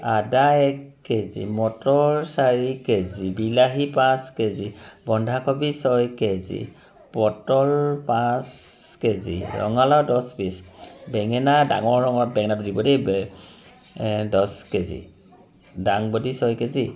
আদা এক K G মটৰ চাৰি কে জি বিলাহী পাঁচ কে জি বন্ধাকবি ছয় কে জি পটল পাঁচ কে জি ৰঙালাও দহ পিচ বেঙেনা ডাঙৰ ডাঙৰ বেঙেনাটো দিব দেই বে দহ কে জি দাংবডী ছয় কে জি